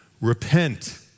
Repent